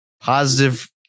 positive